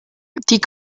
die